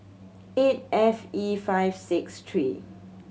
eight F E five six three